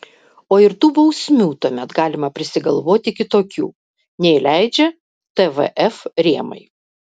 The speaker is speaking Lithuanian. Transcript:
o ir tų bausmių tuomet galima prisigalvoti kitokių nei leidžia tvf rėmai